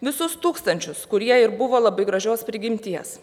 visus tūkstančius kurie ir buvo labai gražios prigimties